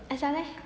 asal eh